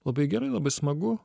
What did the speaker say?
labai gerai labai smagu